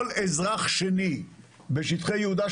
כל אזרח שני בשטחי יהודה,